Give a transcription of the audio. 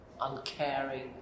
uncaring